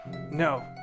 No